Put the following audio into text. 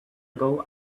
ago